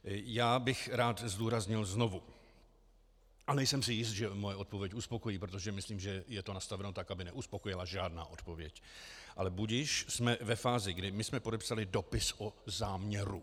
Já bych rád zdůraznil znovu a nejsem si jist, že moje odpověď uspokojí, protože myslím, že je to nastaveno tak, aby neuspokojila žádná odpověď, ale budiž , jsme ve fázi, kdy my jsme podepsali dopis o záměru.